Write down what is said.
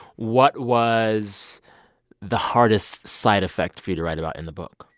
what was the hardest side effect for you to write about in the book?